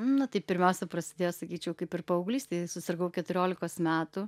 na tai pirmiausia prasidėjo sakyčiau kaip ir paauglystėj susirgau keturiolikos metų